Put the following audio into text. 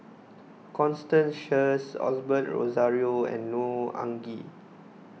Constance Sheares Osbert Rozario and Neo Anngee